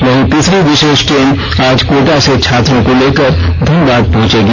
वहीं तीसरी विषेष ट्रेन आज कोटा से छात्रों को लेकर धनबाद पहुंचेगी